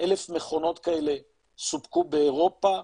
1,000 מכונות כאלה סופקו באירופה,